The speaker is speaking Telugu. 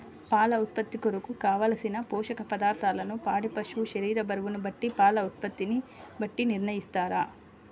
పాల ఉత్పత్తి కొరకు, కావలసిన పోషక పదార్ధములను పాడి పశువు శరీర బరువును బట్టి పాల ఉత్పత్తిని బట్టి నిర్ణయిస్తారా?